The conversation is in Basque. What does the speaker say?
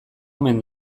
omen